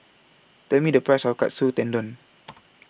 Tell Me The Price of Katsu Tendon